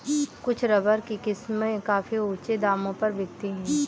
कुछ रबर की किस्में काफी ऊँचे दामों पर बिकती है